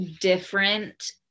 different